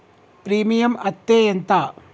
Premium అత్తే ఎంత?